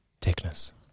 thickness